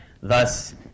thus